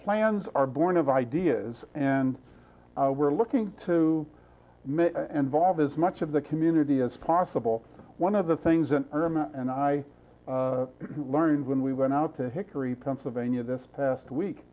plans are born of ideas and we're looking to involve as much of the community as possible one of the things that irma and i learned when we went out to hickory pennsylvania this past week